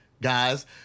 guys